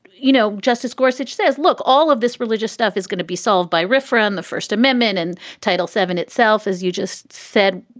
you know, justice gorsuch says, look, all of this religious stuff is going to be solved by referer on the first amendment and title seven itself, as you just said.